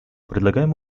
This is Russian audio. предлагаем